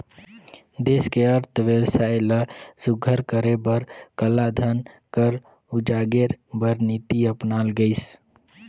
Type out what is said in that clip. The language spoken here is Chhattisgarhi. देस के अर्थबेवस्था ल सुग्घर करे बर कालाधन कर उजागेर बर नीति अपनाल गइस